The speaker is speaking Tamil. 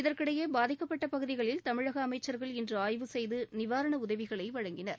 இதற்கிடையே பாதிக்கப்பட்ட பகுதிகளில் தமிழக அமைச்சா்கள் இன்று ஆய்வு செய்து நிவாரண உதவிகளை வழங்கினர்